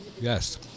Yes